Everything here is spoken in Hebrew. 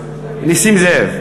זאב.